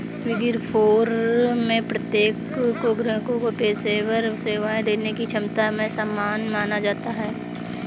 big four में प्रत्येक को ग्राहकों को पेशेवर सेवाएं देने की क्षमता में समान माना जाता है